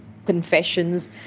confessions